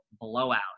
blowout